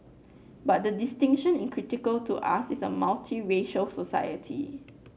but the distinction in critical to us in a multiracial society